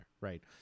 right